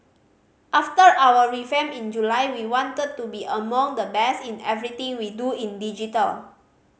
after our revamp in July we wanted to be among the best in everything we do in digital